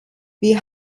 wir